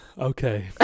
Okay